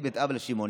בית אב לשמעוני.